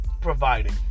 providing